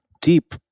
deep